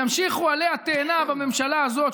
ימשיכו עלי התאנה בממשלה הזאת,